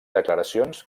declaracions